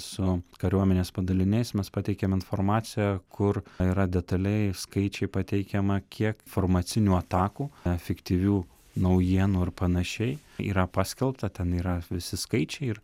su kariuomenės padaliniais mes pateikėm informaciją kur yra detaliai skaičiai pateikiama kiek informacinių atakų efektyvių naujienų ir panašiai yra paskelbta ten yra visi skaičiai ir